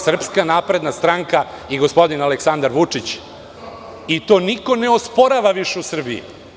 Srpska napredna stranka i gospodin Aleksandar Vučić i to niko ne osporava više u Srbiji.